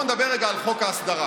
בואו נדבר רגע על חוק ההסדרה.